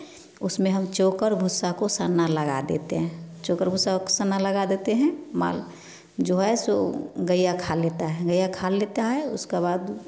उसमें हम चोकर भूसा को साना लगा देते हैं चोकर भूसा साना लगा देते हैं माल जो है सो गाय खा लेता है गाय खा लेता है उसका बाद